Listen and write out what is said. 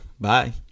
bye